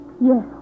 Yes